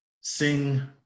sing